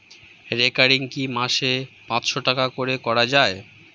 Recurring কি মাসে পাঁচশ টাকা করে করা যায়?